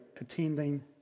attending